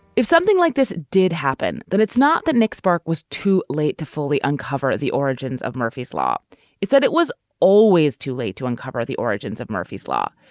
if something like this did happen, then it's not that nick spark was too late to fully uncover the origins of murphy's law is that it was always too late to uncover the origins of murphy's law,